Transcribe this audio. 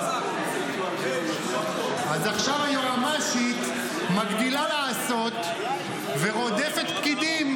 אז עכשיו היועמ"שית מגדילה לעשות ורודפת פקידים,